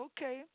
Okay